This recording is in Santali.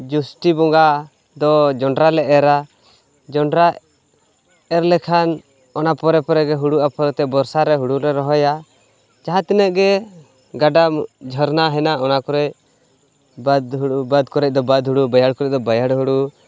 ᱡᱚᱥᱴᱤ ᱵᱚᱸᱜᱟ ᱫᱚ ᱡᱚᱱᱰᱨᱟᱞᱮ ᱮᱨᱟ ᱡᱚᱱᱰᱨᱟ ᱮᱨ ᱞᱮᱠᱷᱟᱱ ᱚᱱᱟ ᱯᱚᱨᱮ ᱯᱚᱨᱮᱜᱮ ᱦᱩᱲᱩ ᱟᱯᱷᱚᱨᱛᱮ ᱵᱚᱨᱥᱟᱨᱮ ᱦᱩᱲᱩᱞᱮ ᱨᱚᱦᱚᱭᱟ ᱡᱟᱦᱟᱸ ᱛᱤᱱᱟᱹᱜ ᱜᱮ ᱜᱟᱰᱟ ᱡᱷᱚᱨᱱᱟ ᱦᱮᱱᱟᱜ ᱚᱱᱟ ᱠᱚᱨᱮ ᱵᱟᱫᱽ ᱦᱩᱲᱩ ᱵᱟᱫᱽ ᱠᱚᱨᱮ ᱫᱚ ᱵᱟᱫᱽ ᱦᱩᱲᱩ ᱵᱟᱭᱟᱲ ᱠᱚᱨᱮ ᱫᱚ ᱵᱟᱭᱟᱲ ᱦᱩᱲᱩ